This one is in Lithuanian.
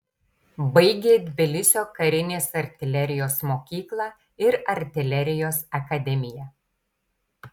baigė tbilisio karinės artilerijos mokyklą ir artilerijos akademiją